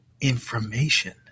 information